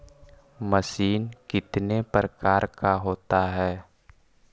Machine कितने प्रकार का होता है?